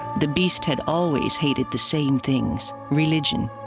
the beast had always hated the same things religion,